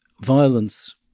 violence